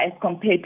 compared